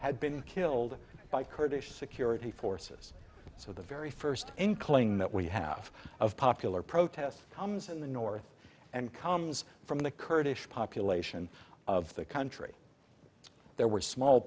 had been killed by kurdish security forces so the very first inkling that we have of popular protests comes in the north and comes from the kurdish population of the country there were small